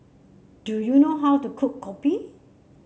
do you know how to cook Kopi